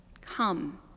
come